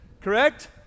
Correct